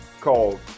called